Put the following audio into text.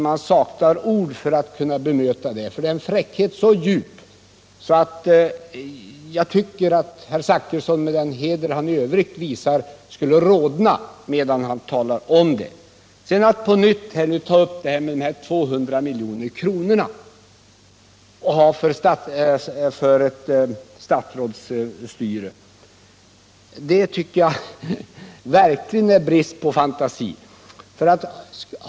Man saknar ord för att kunna bemöta sådant; det är en fräckhet så djup att herr Zachrisson, med den heder han i övrigt visar, borde rodna medan han talar. iu Att på nytt ta upp de 200 miljonerna för ett statsrådsstyre tycker jag verkligen är att visa brist på fantasi.